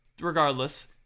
regardless